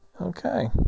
Okay